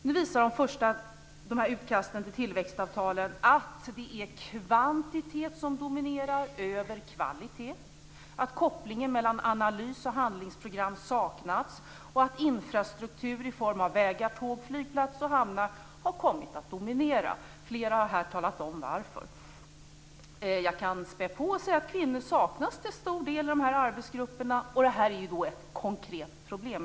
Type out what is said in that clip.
Nu visar utkasten till tillväxtavtalen att det är kvantitet som dominerar över kvalitet, att kopplingen mellan analys och handlingsprogram saknas och att infrastruktur i form av vägar, tåg, flygplats och hamnar har kommit att dominera. Flera har här talat om varför. Jag kan spä på och säga att kvinnor saknas till stor del i arbetsgrupperna. Det är ett konkret problem.